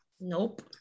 Nope